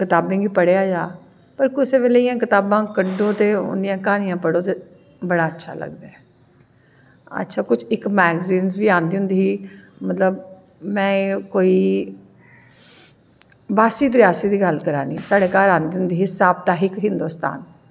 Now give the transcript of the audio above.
कताबें गी पढ़ेआ जा ते कुसै बेल्लै कताबां पढ़ो ते उंदियां कहानियां पढ़ो ते इयां बड़ा अच्छा लगदा ऐ अच्चा कुस इक मैग्ज़िन बी आंदी होंदी ही मतलव में कोई बास्सी तरैसी दी गल्ल करा नी साढ़े घर आंदा ही साप्ताहिक हिन्दोस्तान